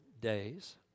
days